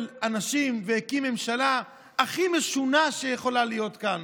אנשים והקים ממשלה הכי משונה שיכולה להיות כאן?